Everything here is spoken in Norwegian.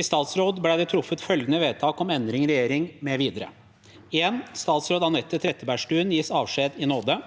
I statsrådet ble det truffet følgende vedtak om endringer i regjeringen mv.: Statsministerens kontor 1. Statsråd Anette Trettebergstuen gis avskjed i nåde.